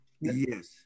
yes